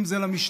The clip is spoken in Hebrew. אם זה למשטרה,